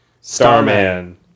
Starman